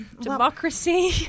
democracy